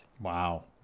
Wow